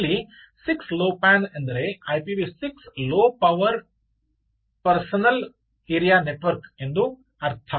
ಇಲ್ಲಿ 6 low pan ಎಂದರೆ IPv 6 low power power personal area network ಎಂದು ಅರ್ಥ